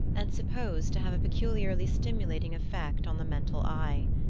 and supposed to have a peculiarly stimulating effect on the mental eye.